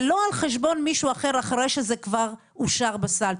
זה לא על חשבון מישהו אחר אחרי שזה כבר אושר בסל.